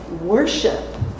worship